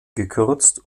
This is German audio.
gekürzt